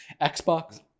Xbox